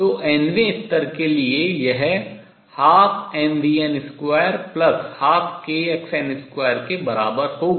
तो nवें स्तर के लिए यह 12mvn2 12kxn2 के बराबर होगा